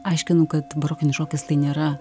aiškinu kad barokinis šokis tai nėra